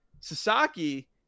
Sasaki